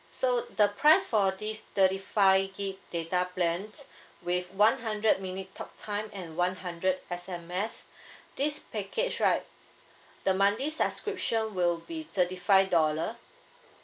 so the price for this thirty five gig data plans with one hundred minute talk time and one hundred S_M_S this package right the monthly subscription will be thirty five dollar